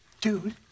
Dude